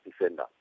defender